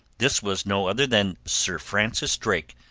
this was no other than sir francis drake,